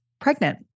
pregnant